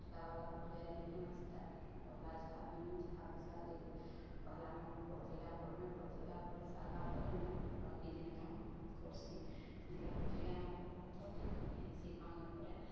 ପତ୍ରିକାବାଲା ପଢ଼େଇ ଆଇଲେକି ମୁଇଁ ସେଇଟା କହିଲା ଚାହା ପିଇମି ଚାହା ପିଇସାରିଲିକି କହିଲା ମୁଁ ପତ୍ରିକା ପଢ଼୍ମିଁ ପତ୍ରିକା ପଢ଼ି ସାରିଲା ପରେ ମୁଇଁ ବାକି ଯିନ୍ କାମ୍ କର୍ସି ନହେଲେ ପତ୍ରିକା ନ ପଢ଼୍ବାର୍ ତ ମୁଇଁ କେନ୍ସି କାମ୍ ନାଇଁ କରେ